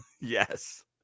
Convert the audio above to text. Yes